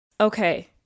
Okay